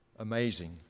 amazing